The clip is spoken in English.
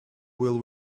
will